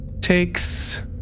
takes